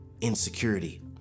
insecurity